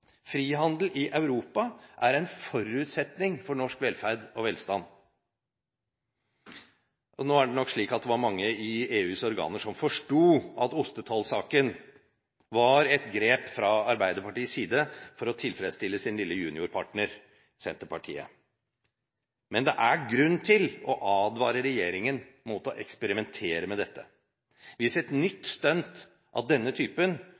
Frihandel i Europa er en forutsetning for norsk velferd og velstand. Nå er det nok slik at det var mange i EUs organer som forsto at ostetollsaken var et grep fra Arbeiderpartiets side for å tilfredsstille sin lille juniorpartner Senterpartiet. Men det er grunn til å advare regjeringen mot å eksperimentere med dette. Hvis et nytt stunt av denne typen